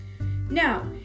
Now